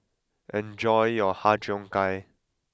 enjoy your har Cheong Gai